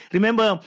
Remember